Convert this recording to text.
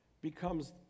becomes